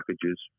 packages